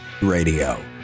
radio